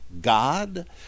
God